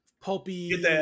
pulpy